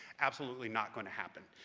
absolutely not going to happen,